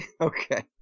Okay